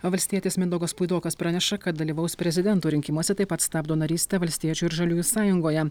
valstietis mindaugas puidokas praneša kad dalyvaus prezidentų rinkimuose taip pat stabdo narystę valstiečių ir žaliųjų sąjungoje